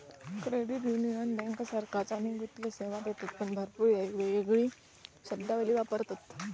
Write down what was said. credit union बँकांसारखाच अनेक वित्तीय सेवा देतत पण भरपूर येळेक येगळी शब्दावली वापरतत